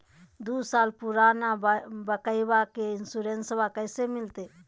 दू साल पुराना बाइकबा के इंसोरेंसबा कैसे मिलते?